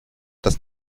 das